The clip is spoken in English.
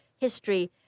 History